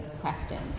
questions